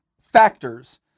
factors